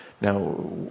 Now